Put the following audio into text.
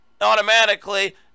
automatically